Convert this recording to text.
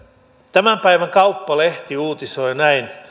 tämän päivän kauppalehti uutisoi näin